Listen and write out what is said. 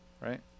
right